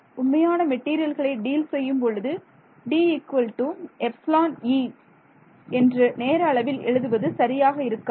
உண்மையான மெட்டீரியல்களை டீல் செய்யும் பொழுது D ε E என்று நேர அளவில் எழுதுவது சரியாக இருக்காது